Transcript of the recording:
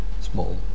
small